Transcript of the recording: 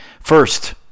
First